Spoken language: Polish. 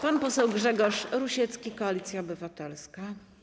Pan poseł Grzegorz Rusiecki, Koalicja Obywatelska.